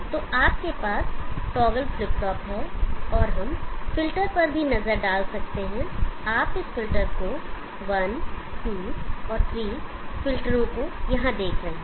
तो आपके पास टॉगल फ्लिप फ्लॉप है और हम फ़िल्टर पर भी नज़र डाल सकते हैं आप इस फ़िल्टर को 1 2 और 3 फिल्टरो को यहाँ देख रहे हैं